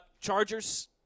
Chargers